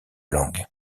langues